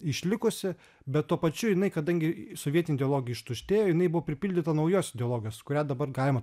išlikusi bet tuo pačiu jinai kadangi sovietinė ideologija ištuštėjo jinai buvo pripildyta naujos ideologijos kurią dabar galima